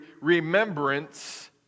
remembrance